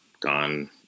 gone